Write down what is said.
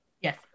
Yes